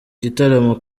gitaramo